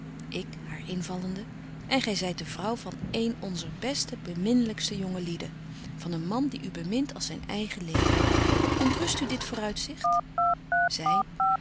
en gy zyt de vrouw van een onzer beste beminlykste jonge lieden van een man die u bemint als zyn eigen leven ontrust u dit vooruitzicht zy